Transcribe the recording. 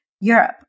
Europe